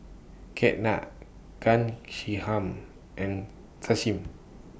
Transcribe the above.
Ketna and Sachin